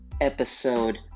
Episode